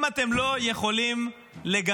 אם אתם לא יכולים לגנות